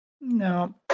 No